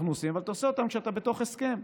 אבל אתה עושה אותם כשאתה בתוך הסכם.